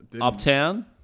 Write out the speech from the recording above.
Uptown